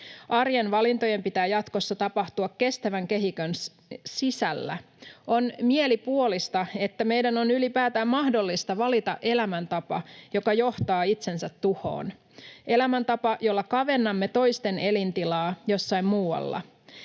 Arjen valintojen pitää jatkossa tapahtua kestävän kehikon sisällä. On mielipuolista, että meidän on ylipäätään mahdollista valita elämäntapa, joka johtaa itsensä tuhoon, elämäntapa, jolla kavennamme toisten elintilaa jossain muualla,